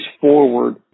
forward